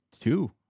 Two